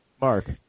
Mark